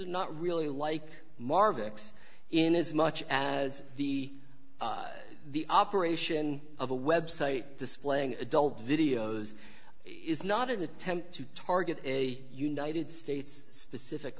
are not really like marv excess in as much as the the operation of a website displaying adult videos is not an attempt to target a united states specific